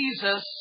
Jesus